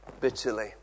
bitterly